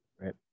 Right